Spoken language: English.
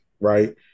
right